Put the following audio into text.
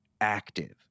active